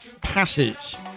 passes